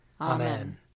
Amen